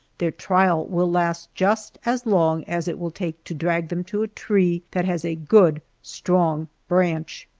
their trial will last just as long as it will take to drag them to a tree that has a good strong branch.